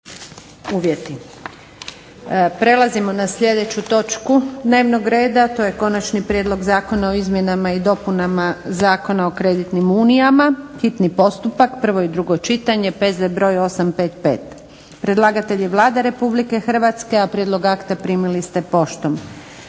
Prelazimo na sljedeću točku dnevnog reda, a to je - Konačni prijedlog zakona o izmjenama i dopunama Zakona o kreditnim unijama, hitni postupak, prvo i drugo čitanje, P.Z. br. 855 Predlagatelj Vlada Republike Hrvatske, a prijedlog akta primili ste poštom.